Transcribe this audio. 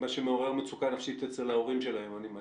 אני מניח שזה מה שמעורר מצוקה נפשית אצל ההורים שלהם.